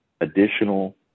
additional